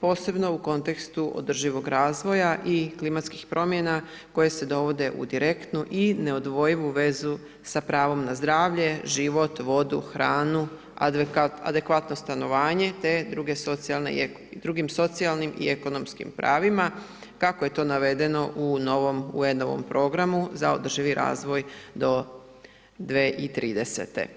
posebno u kontekstu održivog razvoja i klimatskih promjena koje se dovode u direktnu i neodvojivu vezu sa pravom na zdravlje, život, vodu, hranu, adekvatno stanovanje te drugim socijalnim i ekonomskim pravima kako je to navedenom u novom UN-ovom programu za održivi razvoj do 2030.